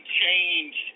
change